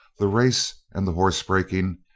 the race and the horse-breaking,